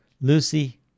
Lucy